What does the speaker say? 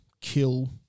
kill